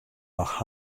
noch